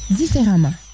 différemment